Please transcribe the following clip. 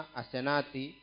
asenati